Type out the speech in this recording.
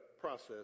process